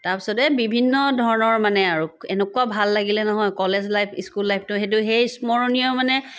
তাৰপিছত এই বিভিন্ন ধৰণৰ মানে আৰু এনেকুৱা ভাল লাগিলে নহয় কলেজ লাইফ স্কুল লাইফটো সেই স্মৰণীয় মানে